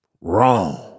wrong